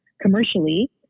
commercially